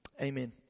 Amen